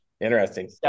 Interesting